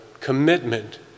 commitment